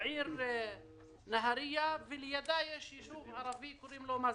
העיר נהרייה, לידה יש יישוב ערבי, שנקרא מזרעה.